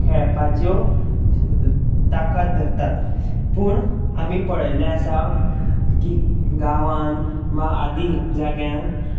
खेळपाच्यो ताकद धरतात पूण आमी पळयिल्लें आसा की गांवात वा आदी जाग्यान